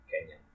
Kenya